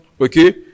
Okay